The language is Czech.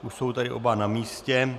Už jsou tedy oba na místě.